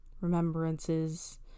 remembrances